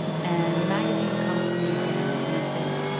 and the magazine comes to me again. and they said,